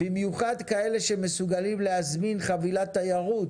במיוחד כאלה שמסוגלים להזמין חבילת תיירות